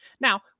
Now